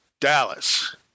Dallas